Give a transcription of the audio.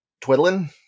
twiddling